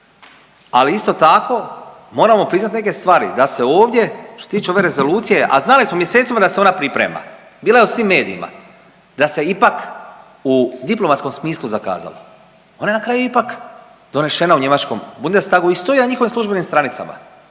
Ali isto tako moramo priznat neke stvari da se ovdje što se tiče ove rezolucije, a znali smo mjesecima da se ona priprema, bila je u svim medijima, da se ipak u diplomatskom smislu zakazala. Ona je na kraju ipak donešena u njemačkom Bundestagu i stoji na njihovim službenim stranicama,